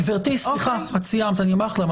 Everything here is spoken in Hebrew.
גברתי, סליחה, את סיימת ואני אומר לך למה.